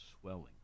swelling